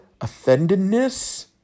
offendedness